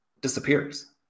disappears